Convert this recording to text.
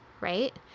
Right